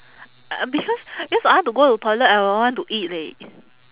uh because cause I want to go to toilet I uh want to eat leh